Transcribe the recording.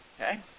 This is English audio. Okay